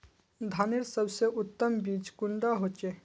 धानेर सबसे उत्तम बीज कुंडा होचए?